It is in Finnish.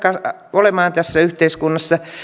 olemaan tässä yhteiskunnassa